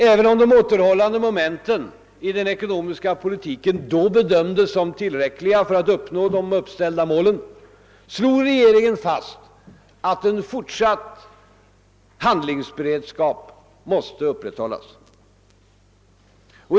Även om de återhållande momenten i den ekonomiska politiken då bedömdes som tillräckliga för att uppnå de uppställda målen slog regeringen fast att en fortsatt handlingsberedskap måste upprätthållas.